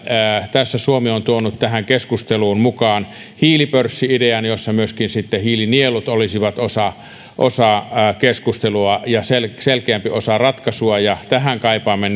agendalla suomi on tuonut tähän keskusteluun mukaan hiilipörssi idean jossa myöskin sitten hiilinielut olisivat osa osa keskustelua ja selkeämpi osa ratkaisua ja tähän kaipaamme